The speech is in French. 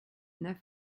neuf